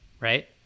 Right